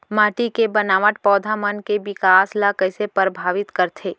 माटी के बनावट पौधा मन के बिकास ला कईसे परभावित करथे